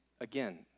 again